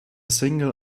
single